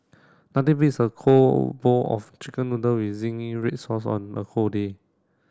nothing beats a bowl of chicken noodle with zingy red sauce on a cold day